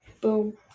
Boom